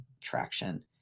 traction